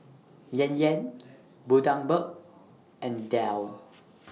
Yan Yan Bundaberg and Dell